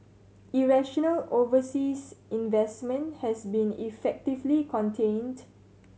irrational overseas investment has been effectively contained